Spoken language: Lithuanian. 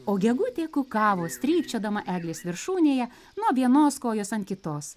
o gegutė kukavo strykčiodama eglės viršūnėje nuo vienos kojos ant kitos